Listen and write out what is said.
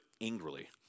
angrily